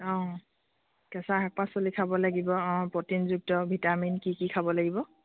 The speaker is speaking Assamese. অঁ কেঁচা শাক পাচলি খাব লাগিব অঁ প্ৰ'টিনযুক্ত ভিটামিন কি কি খাব লাগিব